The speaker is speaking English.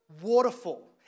waterfall